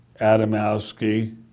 Adamowski